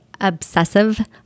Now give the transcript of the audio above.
obsessive